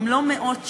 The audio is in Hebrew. אם לא מאות שנים,